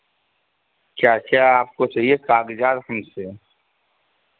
क्या क्या आपको चाहिए काग़जात हमसे